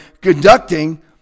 conducting